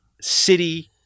city